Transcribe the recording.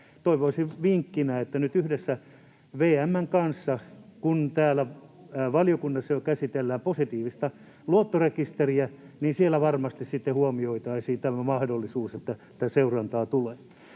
toivoisin vinkkinä, että nyt yhdessä VM:n kanssa, kun täällä valiokunnassa jo käsitellään positiivista luottorekisteriä, siellä varmasti sitten huomioitaisiin tämä mahdollisuus, että tätä seurantaa tulee.